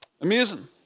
Amazing